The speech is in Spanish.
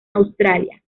australia